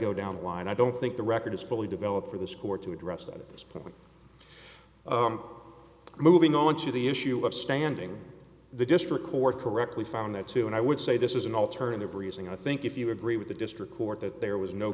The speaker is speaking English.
go down the line i don't think the record is fully developed for the score to address that at this point moving on to the issue of standing the district court correctly found that to and i would say this is an alternative reason i think if you agree with the district court that there was no